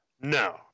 No